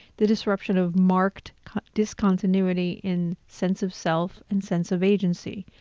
the disruption of marked discontinuity in sense of self and sense of agency,